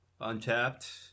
untapped